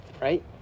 right